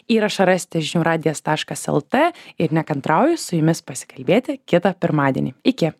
įrašą rasite žinių radijas taškas lt ir nekantrauju su jumis pasikalbėti kitą pirmadienį iki